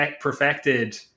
perfected